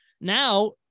Now